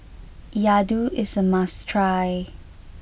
Laddu is a must try